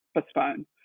postpone